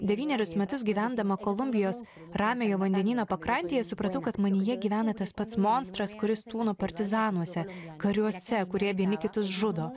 devynerius metus gyvendama kolumbijos ramiojo vandenyno pakrantėje supratau kad manyje gyvena tas pats monstras kuris tūno partizanuose kariuose kurie vieni kitus žudo